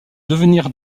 devenir